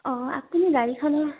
অঁ আপুনি গাড়ীখনৰ